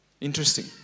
Interesting